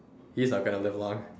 he's not gonna live long